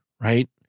right